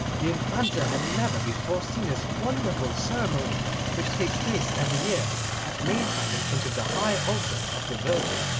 the infanta had never before seen this wonderful ceremony which takes place every year at maytime in front of the high altar of the virgin,